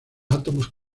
átomos